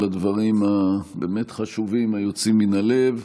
הדברים הבאמת-חשובים היוצאים מן הלב.